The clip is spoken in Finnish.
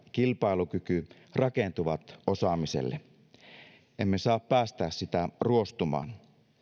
kilpailukyky rakentuvat osaamiselle emme saa päästää sitä ruostumaan